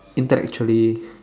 intellectually